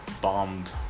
bombed